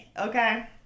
okay